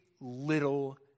little